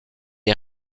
est